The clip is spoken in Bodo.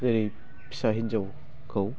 जेरै फिसा हिन्जावखौ